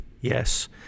Yes